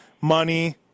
money